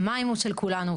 המים של כולנו,